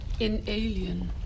Inalien